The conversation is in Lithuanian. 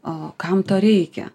o kam to reikia